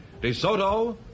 DeSoto